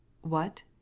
What